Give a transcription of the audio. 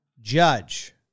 Judge